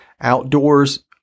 outdoors